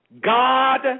God